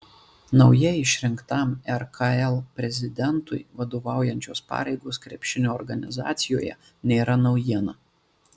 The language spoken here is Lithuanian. naujai išrinktam rkl prezidentui vadovaujančios pareigos krepšinio organizacijoje nėra naujiena